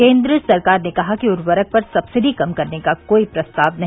केन्द्र सरकार ने कहा कि उर्वरक पर सब्सिडी कम करने का कोई प्रस्ताव नहीं